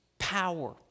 power